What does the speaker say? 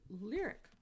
lyric